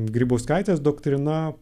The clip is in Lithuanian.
grybauskaitės doktrina